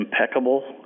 impeccable